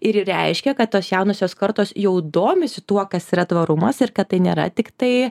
ir reiškia kad tos jaunosios kartos jau domisi tuo kas yra tvarumas ir kad tai nėra tiktai